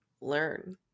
learn